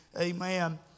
Amen